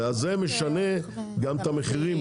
וזה משנה גם את המחירים,